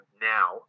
now